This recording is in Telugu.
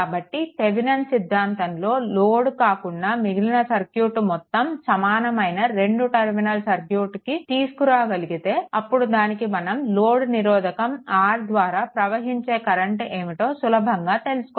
కాబట్టి థెవెనిన్ సిద్ధాంతంలో లోడ్ కాకుండా మిగిలిన సర్క్యూట్ మొత్తం సమానమైన రెండు టర్మినల్ సర్క్యూట్కు తీసుకురాగలిగితే అప్పుడు దానికి మనం లోడ్ నిరోధకం R ద్వారా ప్రవహించే కరెంట్ ఏమిటో సులభంగా తెలుసుకోవచ్చు